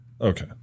Okay